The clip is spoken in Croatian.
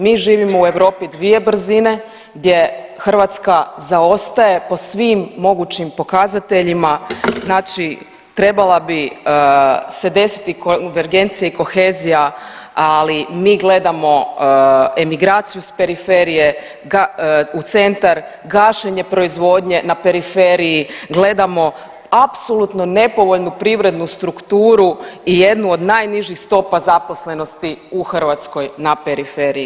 Mi živimo u Europi dvije brzine gdje Hrvatska zaostaje po svim mogućim pokazateljima, znači trebala bi se desiti konvergencija i kohezija, ali mi gledamo emigraciju s periferije u centra, gašenje proizvodnje na periferiji, gledamo apsolutno nepovoljnu privrednu strukturu i jednu od najnižih stopa zaposlenosti u Hrvatskoj na periferiji.